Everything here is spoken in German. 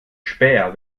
späher